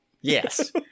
Yes